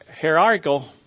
Hierarchical